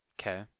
Okay